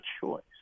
choice